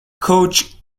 coach